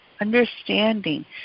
understanding